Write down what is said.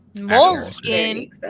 moleskin